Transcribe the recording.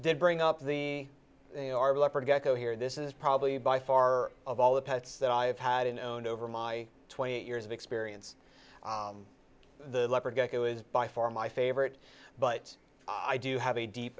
did bring up the a r leopard gecko here this is probably by far of all the pets that i have had an own over my twenty eight years of experience the leopard gecko is by far my favorite but i do have a deep